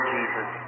Jesus